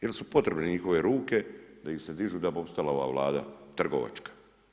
Jel su potrebne njihove ruke da ih se dižu da bi opstala ova Vlada, trgovačka.